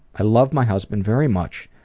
i love my husband very much,